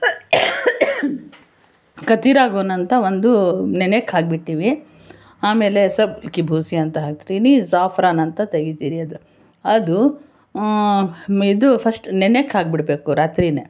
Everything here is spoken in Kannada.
ಕತಿರ ಗೋಂದ್ ಅಂತ ಒಂದು ನೆನೆಯಕ್ಕೆ ಹಾಕಿ ಬಿಡ್ತೀವಿ ಆಮೇಲೆ ಇಸಬ್ ಕಿ ಭೂಸಿ ಅಂತ ಹಾಕ್ತೀನಿ ಜಾಫ್ರಾನ್ ಅಂತ ತೆಗಿತೀನಿ ಅದು ಅದು ಇದು ಫಸ್ಟ್ ನೆನೆಯಕ್ಕೆ ಹಾಕ್ಬಿಡ್ಬೇಕು ರಾತ್ರಿನೇ